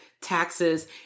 taxes